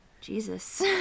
Jesus